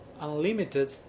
unlimited